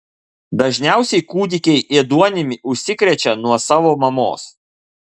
dažniausiai kūdikiai ėduonimi užsikrečia nuo savo mamos